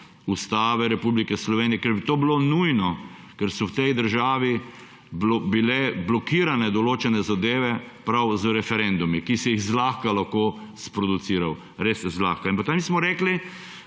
Ustave Republike Slovenije, ker je to bilo nujno, ker so v tej državi bile blokirane določene zadeve prav z referendumi, ki si jih zlahka lahko sproduciral, res zlahka. In potem smo rekli,